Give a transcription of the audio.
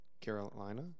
Carolina